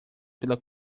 pela